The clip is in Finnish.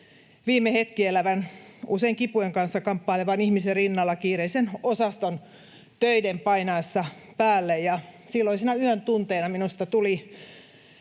viime hetkiä elävän, usein kipujen kanssa kamppailevan ihmisen rinnalla kiireisen osaston töiden painaessa päälle. Silloisina yön tunteina minusta tuli